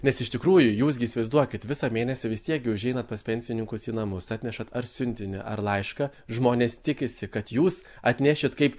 nes iš tikrųjų jūs gi įsivaizduokit visą mėnesį vis tiek gi užeinat pas pensininkus į namus atnešat ar siuntinį ar laišką žmonės tikisi kad jūs atnešit kaip